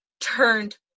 Turned